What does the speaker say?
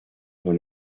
dans